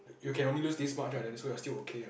you can only lose this much ah then so you're still okay ah